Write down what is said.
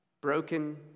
broken